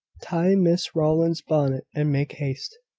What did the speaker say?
tie miss rowland's bonnet, and make haste.